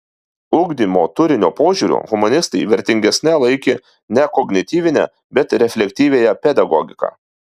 ugdymo turinio požiūriu humanistai vertingesne laikė ne kognityvinę bet reflektyviąją pedagogiką